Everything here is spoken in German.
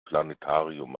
planetarium